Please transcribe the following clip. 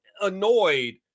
annoyed